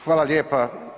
Hvala lijepa.